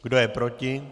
Kdo je proti?